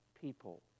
people